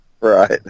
Right